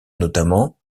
notamment